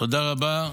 תודה רבה.